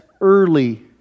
early